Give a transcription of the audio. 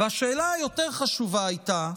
והשאלה היותר-חשובה הייתה: